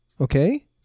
okay